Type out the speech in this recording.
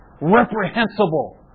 reprehensible